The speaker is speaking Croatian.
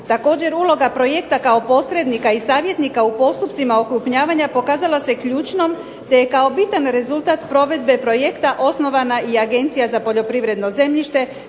Također uloga projekta kao posrednika i savjetnika u postupcima okrupnjavanja pokazala se ključnom te je kao bitan rezultat provedbe projekta osnovana i Agencija za poljoprivredno zemljište